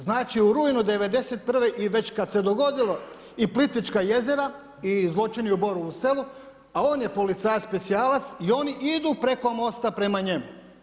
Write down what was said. Znači u rujnu '91. i već kad se dogodilo i Plitvička jezera i zločini u Borovu selu, a on je policajac, specijalac i oni idu preko mosta prema njemu.